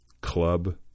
club